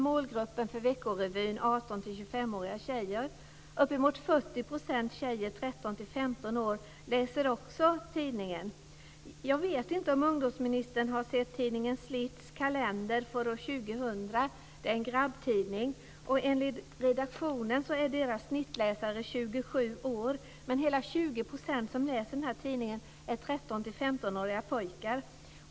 Målgruppen för Vecko Revyn är t.ex. 13-15 år läser också tidningen. Jag vet inte om ungdomsministern har sett tidningen Slitz kalender för år 2000. Det är en grabbtidning. Enligt redaktionen är tidningens snittläsare 27 år, men hela 20 % som läser den här tidningen är 13-15-åriga pojkar.